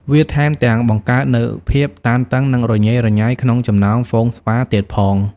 វាថែមទាំង បង្កើតនូវភាពតានតឹង និងរញ៉េរញ៉ៃក្នុងចំណោមហ្វូងស្វាទៀតផង។